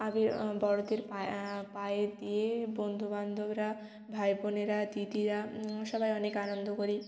আবির বড়োদের পায়ে পায়ে দিয়ে বন্ধু বান্ধবরা ভাই বোনেরা দিদিরা সবাই অনেক আনন্দ করি